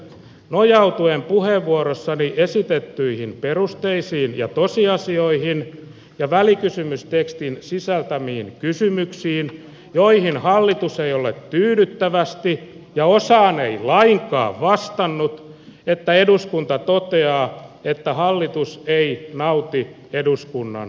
nojautuen puheenvuorossani esitettyihin perusteisiin ja tosiasioihin ja välikysymystekstin sisältämiin kysymyksiin joihin hallitus ei ole tyydyttävästi ja osaan ei lainkaan vastannut eduskunta toteaa että hallitus ei nauti eduskunnan